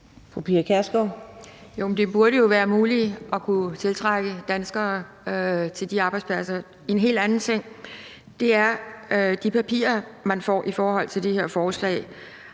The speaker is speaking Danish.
det burde jo være muligt at tiltrække danskere til de arbejdspladser. En helt anden ting er de papirer, man får i forhold til det her forslag.